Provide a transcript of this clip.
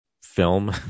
film